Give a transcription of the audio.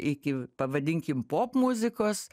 iki pavadinkim popmuzikos